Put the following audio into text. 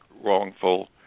wrongful